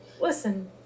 Listen